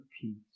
peace